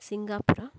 Singapore